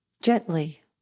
gently